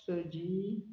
सोजी